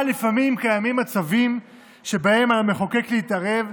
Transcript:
אבל לפעמים קיימים מצבים שבהם על המחוקק להתערב,